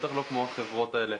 בטח לא כמו החברות האלה,